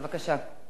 בבקשה.